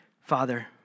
Father